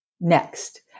next